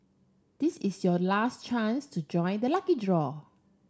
this is your last chance to join the lucky draw